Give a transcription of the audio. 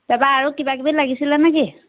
তাৰপৰা আৰু কিবা কিবি লাগিছিলে নেকি